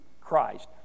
Christ